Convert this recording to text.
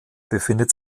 befindet